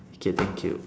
okay thank you